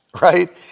right